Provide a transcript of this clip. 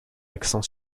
accent